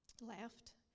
left